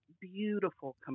beautiful